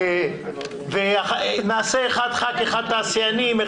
ונעשה אחד-אחד אחד תעשיינים,